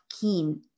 Keen